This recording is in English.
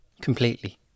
completely